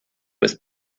with